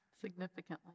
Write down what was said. significantly